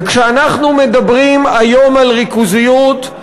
וכשאנחנו מדברים היום על ריכוזיות,